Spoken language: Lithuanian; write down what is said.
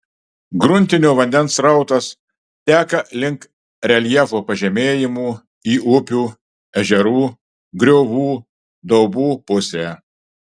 gruntinio vandens srautas teka link reljefo pažemėjimų į upių ežerų griovų daubų pusę